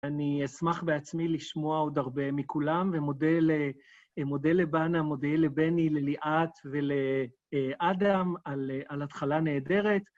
אני אשמח בעצמי לשמוע עוד הרבה מכולם ומודה לבנה, מודה לבני, לליאת ולאדם על התחלה נהדרת.